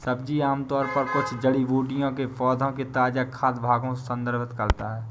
सब्जी आमतौर पर कुछ जड़ी बूटियों के पौधों के ताजा खाद्य भागों को संदर्भित करता है